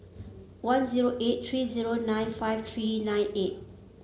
one zero eight three zero nine five three nine eight